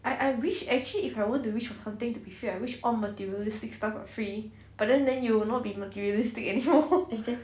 I wish actually if I want to wish for something to be free I wish all materialistic stuff is free but then then you will not be materialistic anymore